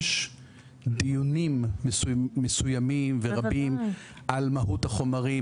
יש דיונים מסוימים רבים על מהות החומרים